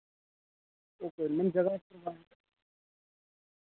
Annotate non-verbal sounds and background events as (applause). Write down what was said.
okay ma'am ज'गा (unintelligible)